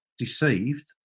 deceived